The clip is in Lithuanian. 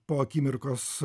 po akimirkos